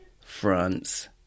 France